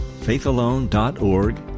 faithalone.org